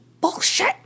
bullshit